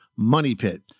MONEYPIT